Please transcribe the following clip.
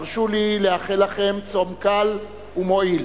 הרשו לי לאחל לכם צום קל ומועיל.